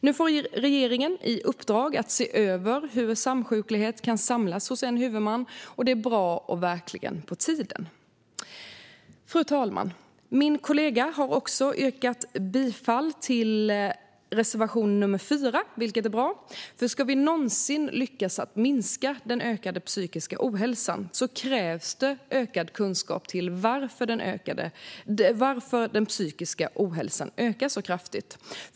Nu får regeringen i uppdrag att se över hur samsjuklighet kan samlas hos en huvudman. Detta är bra och verkligen på tiden. Fru talman! Min kollega har yrkat bifall till reservation nr 4, vilket är bra. Om vi någonsin ska lyckas minska den ökande psykiska ohälsan krävs ökad kunskap om varför den ökar så kraftigt.